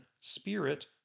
spirit